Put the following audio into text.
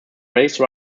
race